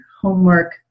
Homework